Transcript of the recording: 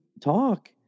talk